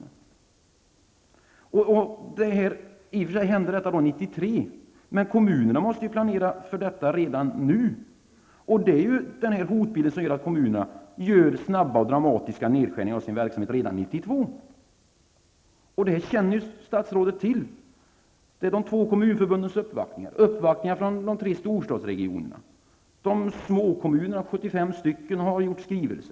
I och för sig händer detta 1993, men kommunerna måste ju planera för det reda nu. Det är den hotbilden som gör att kommunerna gör snabba och dramatiska nedskärningar av sin verksamhet redan 1992. Det känner ju statsrådet till genom de båda kommunförbundens uppvaktningar och uppvaktningar från de tre storstadsregionerna. De små kommunerna -- 75 stycken -- har inkommit med skrivelse.